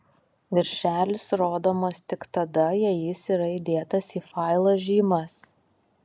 viršelis rodomas tik tada jei jis yra įdėtas į failo žymas